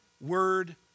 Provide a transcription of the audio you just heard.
word